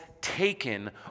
taken